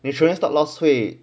你 trailing stop loss 会